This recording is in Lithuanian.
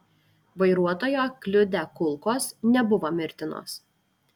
vairuotoją kliudę kulkos nebuvo mirtinos